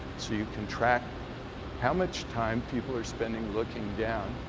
so you can track how much time people are spending looking down.